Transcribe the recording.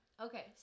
Okay